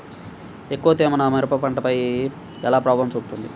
ఎక్కువ తేమ నా మిరప పంటపై ఎలా ప్రభావం చూపుతుంది?